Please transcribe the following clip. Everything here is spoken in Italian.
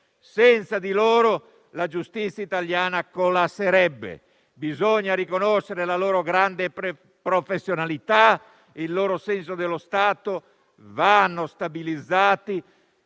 Senza di loro la giustizia italiana collasserebbe. Bisogna riconoscere la loro grande professionalità, il loro senso dello Stato e vanno quindi stabilizzati